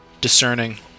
Discerning